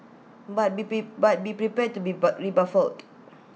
but be prey but be prepared to be rebuffed